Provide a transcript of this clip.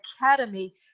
Academy